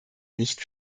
nicht